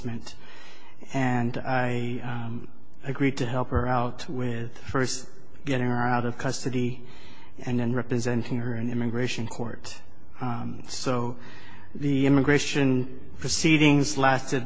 ment and i agreed to help her out with first getting her out of custody and then representing her in immigration court so the immigration proceedings lasted